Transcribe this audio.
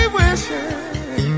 wishing